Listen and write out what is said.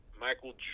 Michael